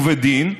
ובדין,